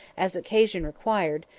as occasion required,